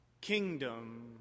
kingdom